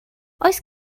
oes